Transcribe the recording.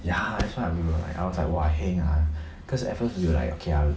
ya that's why we were like I was like !wah! heng ah cause at first we were like okay ah